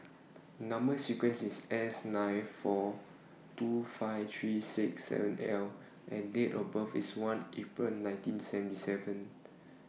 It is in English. Number sequence IS S nine four two five three six seven L and Date of birth IS one April nineteen seventy seven